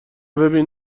ببین